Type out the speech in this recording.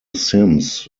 sims